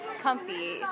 comfy